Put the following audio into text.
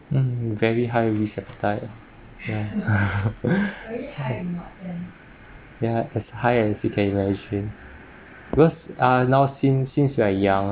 mm very high risk at that time ya ya tas high as you can achieve because uh now sin~ since you are young